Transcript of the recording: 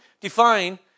define